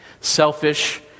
selfish